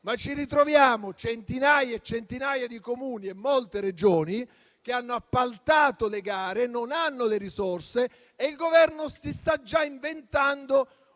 ma ci ritroviamo centinaia e centinaia di Comuni e molte Regioni che hanno appaltato le gare e ora non hanno le risorse. Il Governo si sta già inventando